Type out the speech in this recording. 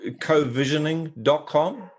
covisioning.com